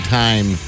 time